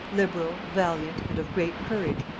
liberal, valiant, and of great courage,